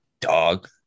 dog